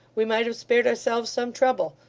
we might have spared ourselves some trouble.